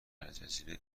الجزیره